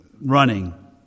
running